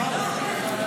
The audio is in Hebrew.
בכבוד.